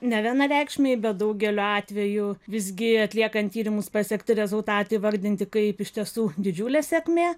nevienareikšmiai bet daugeliu atvejų visgi atliekant tyrimus pasiekti rezultatai įvardinti kaip iš tiesų didžiulė sėkmė